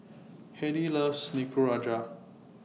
Hedy loves Nikujaga